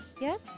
Yes